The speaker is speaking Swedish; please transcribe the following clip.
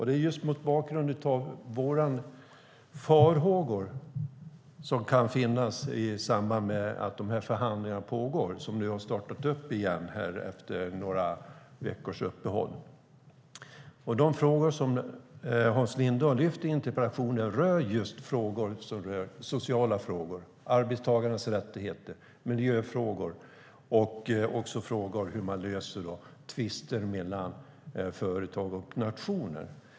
Det är just mot bakgrund av våra farhågor, som finns i samband med att de här förhandlingarna pågår. De har ju startat nu igen efter några veckors uppehåll. De frågor som Hans Linde har lyft upp i interpellationen rör just sociala frågor, arbetstagarens rättigheter, miljöfrågor och hur man löser tvister mellan företag och nationer.